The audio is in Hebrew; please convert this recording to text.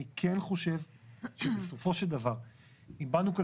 אני כן חושב שבסופו של דבר אם באנו כאן